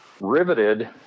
riveted